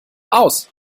aus